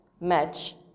match